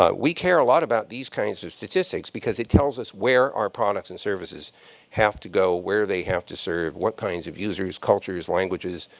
ah we care a lot about these kinds of statistics because it tells us where our products and services have to go, where they have to serve, what kinds of users, cultures, languages,